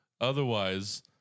otherwise